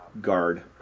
guard